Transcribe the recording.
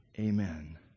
Amen